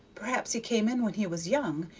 perhaps he came in when he was young,